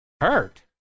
hurt